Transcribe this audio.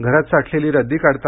घरात साठलेली रद्दी काढता